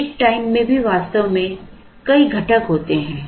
lead time में भी वास्तव में कई घटक होते हैं